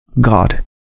God